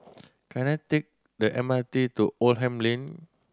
can I take the M R T to Oldham Lane